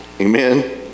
amen